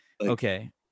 Okay